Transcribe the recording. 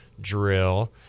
drill